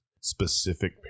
specific